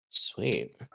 Sweet